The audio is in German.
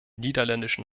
niederländischen